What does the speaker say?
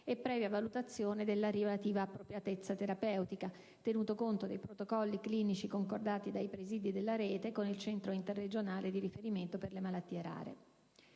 e previa valutazione della relativa appropriatezza terapeutica, tenuto conto dei protocolli clinici concordati dai presidi della rete con il centro interregionale di riferimento per le malattie rare.